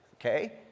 okay